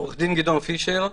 אני עו"ד גדעון פישר,